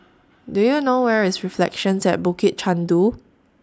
Do YOU know Where IS Reflections At Bukit Chandu